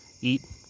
eat